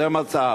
זה היה המצב.